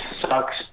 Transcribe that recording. sucks